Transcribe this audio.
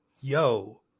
Yo